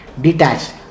detached